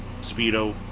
Speedo